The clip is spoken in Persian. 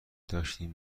داشتین